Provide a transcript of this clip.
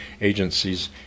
agencies